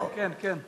כן, כן.